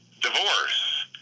divorce